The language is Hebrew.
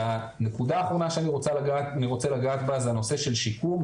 והנקודה האחרונה שאני רוצה לגעת בה זה הנושא של שיקום.